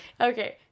Okay